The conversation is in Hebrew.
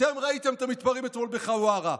אתם ראיתם את המתפרעים אתמול בחווארה,